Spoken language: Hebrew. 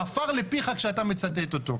עפר לפיך כשאתה מצטט אותו.